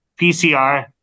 PCR